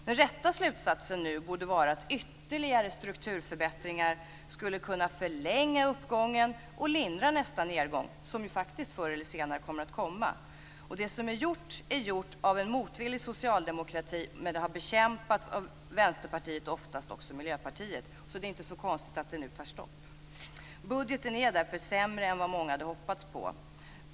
Den rätta slutsatsen nu borde vara att ytterligare strukturförbättringar skulle kunna förlänga uppgången och lindra nästa nedgång - som ju faktiskt förr eller senare kommer att komma. Det som är gjort är gjort av en motvillig socialdemokrati, men det har bekämpats av Vänsterpartiet och oftast också av Miljöpartiet, så det är inte så konstigt att det nu tar stopp. Budgeten är därför sämre än vad många hade hoppats på.